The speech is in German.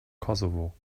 kosovo